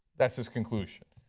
that is his conclusion.